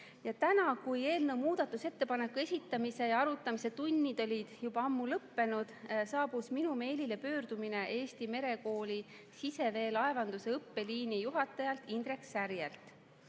Täna, kui eelnõu muudatusettepanekute esitamise ja arutamise tunnid olid juba ammu lõppenud, saabus minu meilile pöördumine Eesti Merekooli siseveelaevanduse õppeliini juhatajalt Indrek Särjelt.